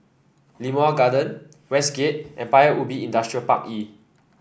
Limau Garden Westgate and Paya Ubi Industrial Park E